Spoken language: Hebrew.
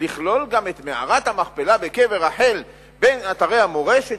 לכלול גם את מערת המכפלה וקבר רחל בין אתרי המורשת